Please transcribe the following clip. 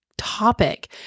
topic